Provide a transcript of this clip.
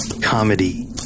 Comedy